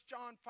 John